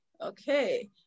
okay